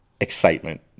excitement